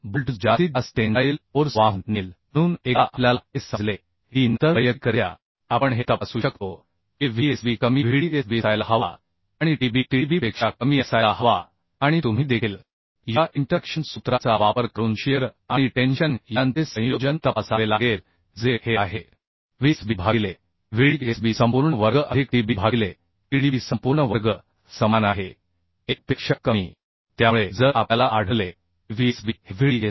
bolt जो जास्तीत जास्त टेन्साईल फोर्स वाहून नेईल म्हणून एकदा आपल्याला हे समजले की Tb नंतर वैयक्तिकरित्या आपण हे तपासू शकतो की Vsb कमी Vdsbअसायला हवा आणि Tb Tdb पेक्षा कमी असायला हवा आणि तुम्ही देखील या इंटरॅक्शन सूत्राचा वापर करून शिअर आणि टेन्शन यांचे संयोजन तपासावे लागेल जे हे आहे Vsb भागिले Vdsb संपूर्ण वर्ग अधिक Tb भागिले Tdb संपूर्ण वर्ग समान आहे 1 पेक्षा कमी त्यामुळे जर आपल्याला आढळले की Vsb हे Vdsb